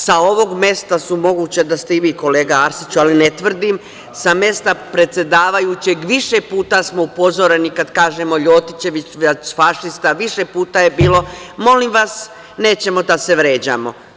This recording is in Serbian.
Sa ovog mesta su, moguće da ste i vi kolega Arsiću, ali ne tvrdim, sa mesta predsedavajućeg više puta smo upozoreni kad kažemo Ljotićevac, fašista, više puta je bilo – molim vas, nećemo da se vređamo.